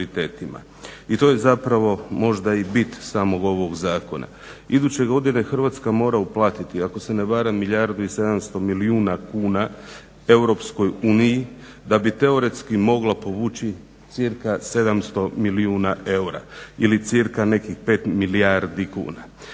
i to je zapravo možda i bit samog ovog zakona. Iduće godine Hrvatska mora uplatiti ako se ne varam milijardu 700 milijuna kuna EU da bi teoretski mogla povući cca 700 milijuna eura ili cca 5 milijardi kuna.